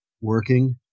working